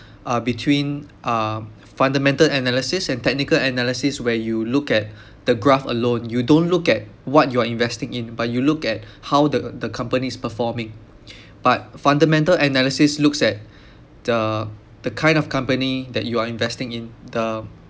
uh between um fundamental analysis and technical analysis where you look at the graph alone you don't look at what you are investing in but you look at how the the company's performing but fundamental analysis looks at the the kind of company that you are investing in the